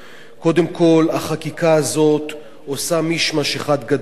קודם כול, החקיקה הזאת עושה מישמש אחד גדול.